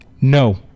No